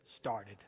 started